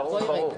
ברור.